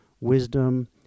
wisdom